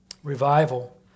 Revival